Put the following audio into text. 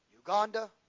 Uganda